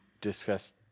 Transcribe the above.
discuss